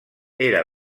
era